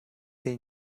they